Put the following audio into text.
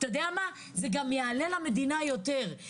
אתה יודע מה, זה יעלה למדינה יותר.